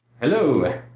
Hello